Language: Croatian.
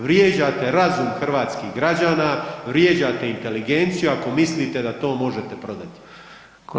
Vrijeđate razum hrvatskih građana, vrijeđate inteligenciju ako mislite da to možete prodati.